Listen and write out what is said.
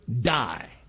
die